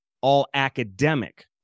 All-Academic